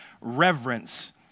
reverence